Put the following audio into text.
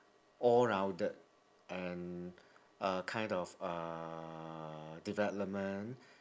all-rounded and a kind of uh development